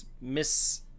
Miss